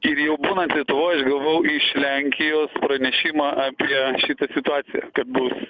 ir jau būnant lietuvoj aš gavau iš lenkijos pranešimą apie šitą situaciją kad bus